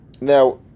Now